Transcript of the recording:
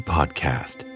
Podcast